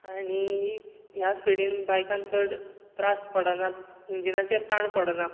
आनी ह्या स्पिडिन बायकान चड त्रास पडनात इंजीनाचेर ताण पडना